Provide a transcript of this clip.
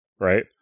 right